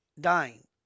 dying